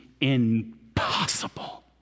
impossible